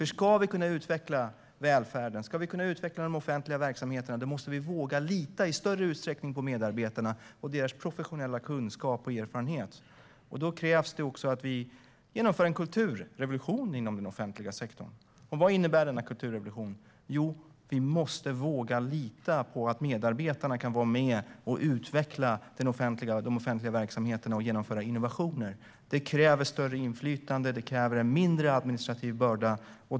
Ska vi kunna utveckla välfärden och de offentliga verksamheterna måste vi nämligen i större utsträckning våga lita på medarbetarna och deras professionella kunskap och erfarenhet. För detta krävs att vi genomför en kulturrevolution inom den offentliga sektorn. Vad innebär denna kulturrevolution? Jo, vi måste våga lita på att medarbetarna kan vara med och utveckla de offentliga verksamheterna och genomföra innovationer. Det kräver större inflytande, det kräver en mindre administrativ börda.